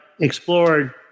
explored